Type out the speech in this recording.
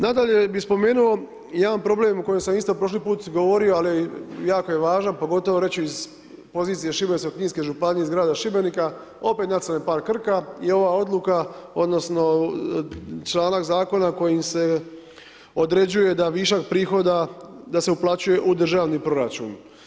Nadalje bi spomenuo, jedan problem, o kojem sam isto prošli put govorio, ali jako je važan, pogotovo reći ću iz pozicije Šibensko kninske županije, iz grada Šibenika, opet nacionalni park Krka i ova odluka, odnosno, članak zakona kojim se određuje da višak prihoda da se uplaćuje u državni proračun.